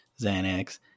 Xanax